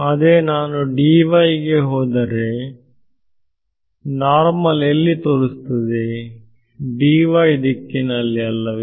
ಅದೇ ನಾನುಗೆ ಹೋದರೆ ನಾರ್ಮಲ್ ಎಲ್ಲಿ ತೋರಿಸುತ್ತದೆ ದಿಕ್ಕಿನಲ್ಲಿ ಅಲ್ಲವೇ